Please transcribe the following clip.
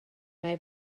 mae